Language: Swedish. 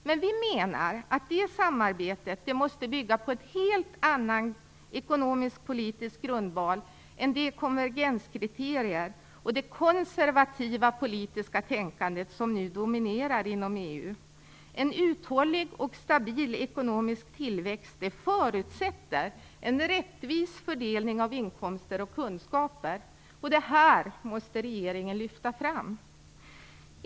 Men vi menar att det samarbetet måste bygga på en helt annan ekonomisk och politisk grund än de konvergenskriterier och det konservativa politiska tänkande som nu dominerar inom EU. En uthållig och stabil ekonomisk tillväxt förutsätter en rättvis fördelning av inkomster och kunskaper, och detta måste regeringen lyfta fram.